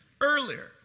earlier